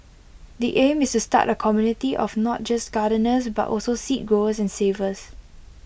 the aim is to start A community of not just gardeners but also seed growers and savers